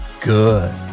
Good